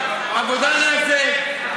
ברוך השם, יש שם.